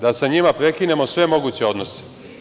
Da sa njima prekinemo sve moguće odnose?